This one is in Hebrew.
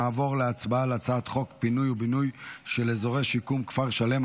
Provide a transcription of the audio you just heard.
נעבור להצבעה על הצעת חוק בינוי ופינוי של אזורי שיקום (כפר שלם),